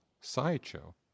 sideshow